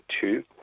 two